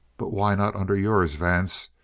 but why not under yours, vance?